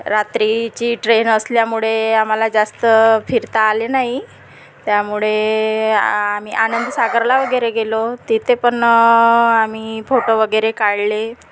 रात्रीची ट्रेन असल्यामुळे आम्हाला जास्त फिरता आले नाही त्यामुळे आम्ही आनंदसागरला वगैरे गेलो तिथे पण आम्ही फोटो वगैरे काढले